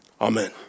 Amen